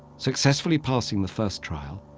successfully passing the first trial,